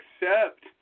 accept